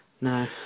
no